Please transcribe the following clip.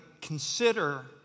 consider